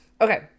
Okay